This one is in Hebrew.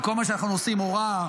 וכל מה שאנחנו עושים הוא רע,